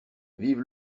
vive